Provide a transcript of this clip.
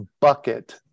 bucket